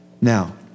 Now